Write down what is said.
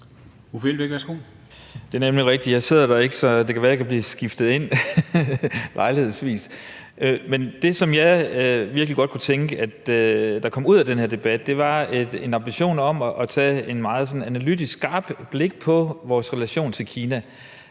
Uffe Elbæk (UFG): Det er nemlig rigtigt, at jeg ikke sidder der, men det kan være, jeg kan blive skiftet ind lejlighedsvis. Men det, som jeg virkelig godt kunne tænke mig at der kom ud af den her debat, var en ambition om at rette et meget sådan analytisk skarpt blik mod vores relation til Kina.